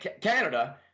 canada